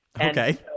Okay